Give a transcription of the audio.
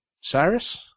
Cyrus